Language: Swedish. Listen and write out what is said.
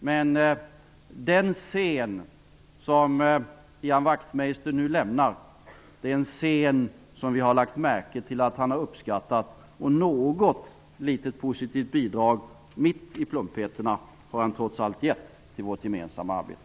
Men den scen som Ian Wachtmeister nu lämnar är en scen som vi har lagt märke till att han har uppskattat, och något litet positivt bidrag mitt bland plumpheterna har han trots allt gett till vårt gemensamma arbete.